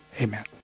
amen